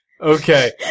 Okay